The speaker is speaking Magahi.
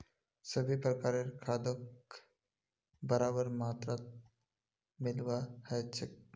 सभी प्रकारेर खादक बराबर मात्रात मिलव्वा ह छेक